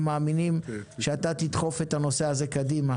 אנחנו מאמינים שתדחוף את הנושא הזה קדימה.